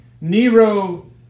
Nero